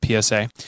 PSA